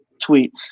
tweet